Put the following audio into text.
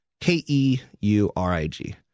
K-E-U-R-I-G